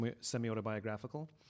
semi-autobiographical